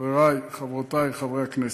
חברי וחברותי חברי הכנסת.